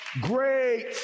great